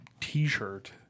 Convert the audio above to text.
T-shirt